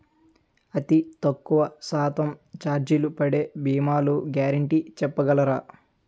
అతి తక్కువ శాతం ఛార్జీలు పడే భీమాలు గ్యారంటీ చెప్పగలరా?